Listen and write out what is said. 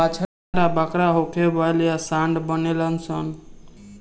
बाछा बड़का होके बैल या सांड बनेलसन